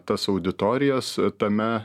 tas auditorijas tame